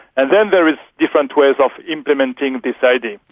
and then there is different ways of implementing this idea.